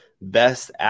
best